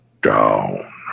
down